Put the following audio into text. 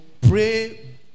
pray